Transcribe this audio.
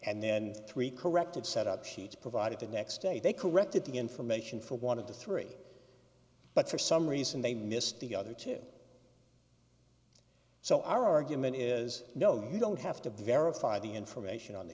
and then three corrected set up sheets provided the next day they corrected the information for one of the three but for some reason they missed the other two so our argument is no you don't have to verify the information on the